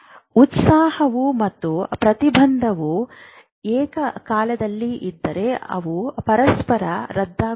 ಉತ್ಸಾಹ ಮತ್ತು ಪ್ರತಿಬಂಧವು ಏಕಕಾಲದಲ್ಲಿ ಇದ್ದರೆ ಅವು ಪರಸ್ಪರ ರದ್ದಾಗುತ್ತವೆ